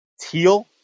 teal